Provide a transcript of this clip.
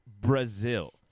Brazil